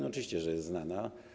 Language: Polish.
Oczywiście, że jest znana.